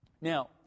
Now